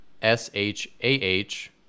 s-h-a-h